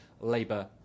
Labour